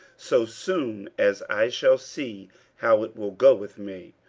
so soon as i shall see how it will go with me.